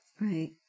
Right